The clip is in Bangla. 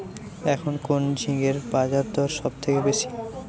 এখন কোন ঝিঙ্গের বাজারদর সবথেকে বেশি?